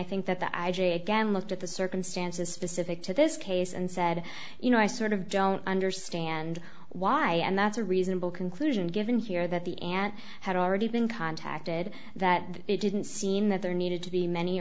think that the i j a again looked at the circumstances specific to this case and said you know i sort of don't understand why and that's a reasonable conclusion given here that the aunt had already been contacted that it didn't seem that there needed to be many